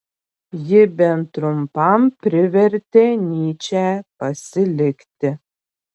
ji bent trumpam privertė nyčę pasilikti